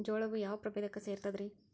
ಜೋಳವು ಯಾವ ಪ್ರಭೇದಕ್ಕ ಸೇರ್ತದ ರೇ?